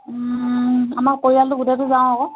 আমাৰ পৰিয়ালটো গোটেইটো যাওঁ আকৌ